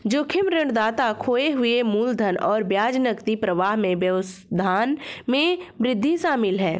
जोखिम ऋणदाता खोए हुए मूलधन और ब्याज नकदी प्रवाह में व्यवधान में वृद्धि शामिल है